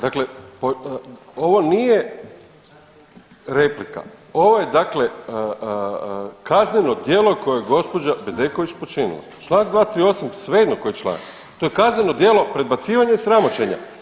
Dakle, ovo nije replika, ovo je dakle kazneno djelo koje je gospođa Bedeković počinila, Članak 238., svejedno koji članak, to je kazneno djelo predbacivanja i sramoćenja.